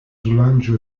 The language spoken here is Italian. slancio